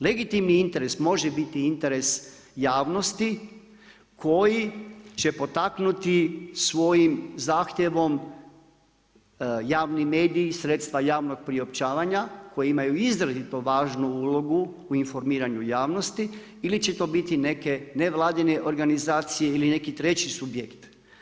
Legitimni interes može biti interes javnosti koji će potaknuti svojim zahtjevom javni mediji, sredstva javnog priopćavanja, koji imaju izrazito važnu ulogu u informiranju javnosti ili će to biti neke nevladine organizacije ili neki treći subjekt.